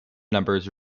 numbers